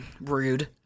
rude